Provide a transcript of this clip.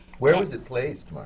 where was it placed,